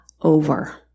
over